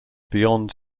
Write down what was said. beyond